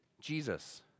Jesus